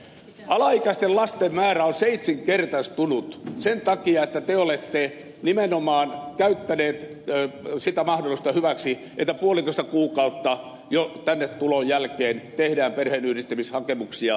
alaikäisten lasten määrä on seitsenkertaistunut sen takia että te olette nimenomaan käyttäneet sitä mahdollisuutta hyväksenne että jo puolitoista kuukautta tänne tulon jälkeen tehdään perheenyhdistämishakemuksia